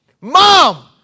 Mom